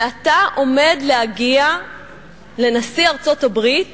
ואתה עומד להגיע לנשיא ארצות-הברית